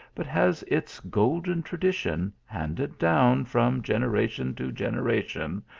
but has its golden tradition, handed down, from generation to generation,